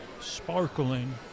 sparkling